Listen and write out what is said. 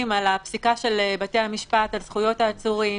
ועדת שחרורים